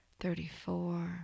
thirty-four